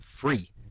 free